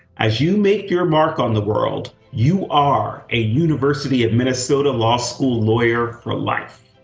as you make your mark on the world you are a university of minnesota law school lawyer for life.